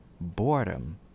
boredom